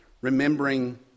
remembering